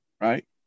right